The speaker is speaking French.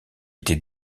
était